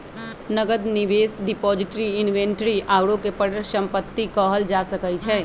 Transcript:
नकद, निवेश, depository, inventory आउरो के परिसंपत्ति कहल जा सकइ छइ